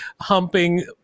humping